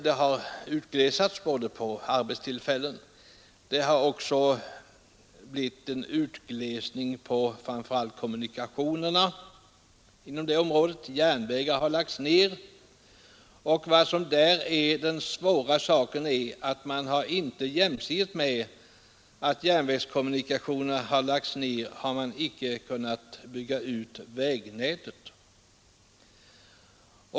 Detta har medfört att arbetstillfällena har minskat, samtidigt som det har blivit en försämring av kommunikationerna i området. Järnvägar t.ex. har lagts ned. Och det allvarliga i sammanhanget är att man inte jämsides med nedläggandet av järnvägskommunikationerna har kunnat bygga ut vägnätet.